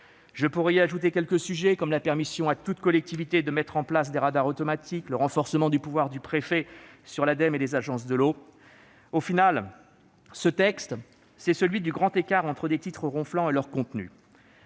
Je pourrais ajouter d'autres sujets, comme la permission donnée à toute collectivité de mettre en place des radars automatiques, le renforcement du pouvoir du préfet sur l'Ademe et les agences de l'eau ... Au final, ce texte est celui du grand écart entre des intitulés ronflants et leur contenu.